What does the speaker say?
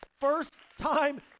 first-time